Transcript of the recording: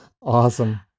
Awesome